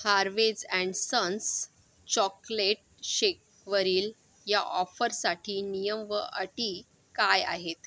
Harveys and Sons chocolate शेकवरील या ऑफरसाठी नियम व अटी काय आहेत